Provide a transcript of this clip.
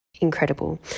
incredible